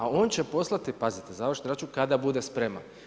A on će poslati, pazite završni račun kada bude spreman.